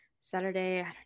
Saturday